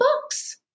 books